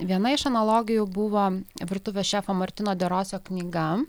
viena iš analogijų buvo virtuvės šefo martyno de rosio knyga